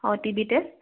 অঁ TB test